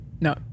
No